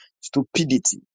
Stupidity